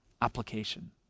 application